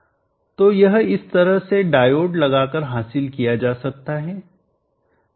तो यह इस तरह से डायोड लगाकर हासिल किया जा सकता है